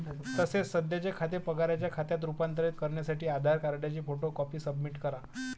तसेच सध्याचे खाते पगाराच्या खात्यात रूपांतरित करण्यासाठी आधार कार्डची फोटो कॉपी सबमिट करा